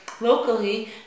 locally